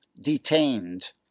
detained